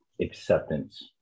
acceptance